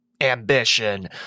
ambition